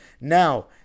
Now